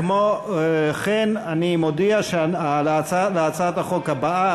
כמו כן אני מודיע שעל הצעת החוק הבאה,